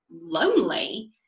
lonely